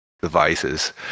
devices